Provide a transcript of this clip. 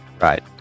Right